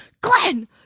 Glenn